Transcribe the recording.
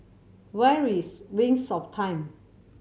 where is Wings of Time